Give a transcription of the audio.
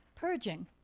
Purging